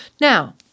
now